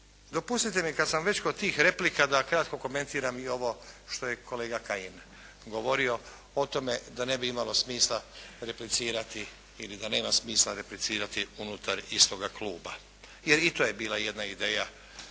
Dopustite mi kad sam već kod tih replika da kratko komentiram i ovo što je kolega Kajin govorio o tome da ne bi imalo smisla replicirati ili da nema smisla replicirati unutar istoga kluba. Jer i to je bila jedna ideja